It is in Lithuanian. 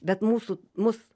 bet mūsų mus